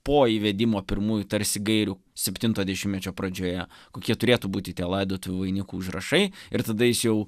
po įvedimo pirmųjų tarsi gairių septinto dešimmečio pradžioje kokie turėtų būti tie laidotuvių vainikų užrašai ir tada jis jau